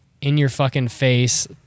in-your-fucking-face